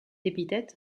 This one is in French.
épithète